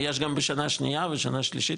יש גם בשנה שנייה ושנה שלישית,